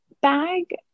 bag